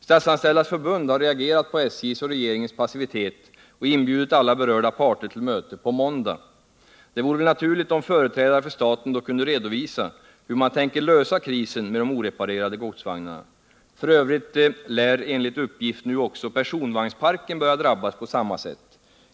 Statsanställdas förbund har reagerat på SJ:s och regeringens passivitet och inbjudit alla berörda parter till möte på måndag. Det vore väl naturligt om företrädare för staten då kunde redovisa hur man tänker lösa krisen med de oreparerade godsvagnarna. F. ö. lär enligt uppgift nu också personvagnsparken börja drabbas på samma sätt.